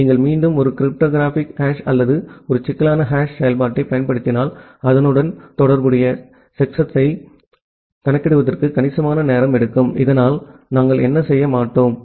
நீங்கள் மீண்டும் ஒரு கிரிப்டோகிராஃபிக் ஹாஷ் அல்லது ஒரு சிக்கலான ஹாஷ் செயல்பாட்டைப் பயன்படுத்தினால் அதனுடன் தொடர்புடைய செக்ஸத்தை கணக்கிடுவதற்கு கணிசமான நேரம் எடுக்கும் இதனால் நாங்கள் என்ன செய்ய மாட்டோம்